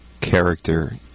character